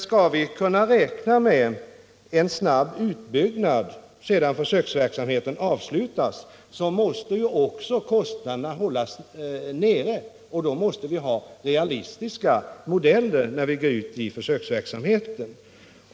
Skall vi kunna räkna med en snabb utbyggnad sedan försöksverksamheten avslutats måste också kostnaderna hållas nere, och då måste vi ha realistiska modeller när vi går ut i försöksverksamheten.